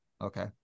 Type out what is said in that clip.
Okay